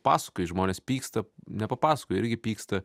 pasakoji žmonės pyksta nepapasakoji irgi pyksta